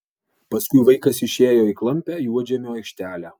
paskui vaikas išėjo į klampią juodžemio aikštelę